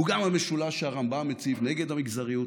הוא גם המשולש שהרמב"ם הציב נגד המגזריות,